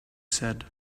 said